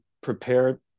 prepare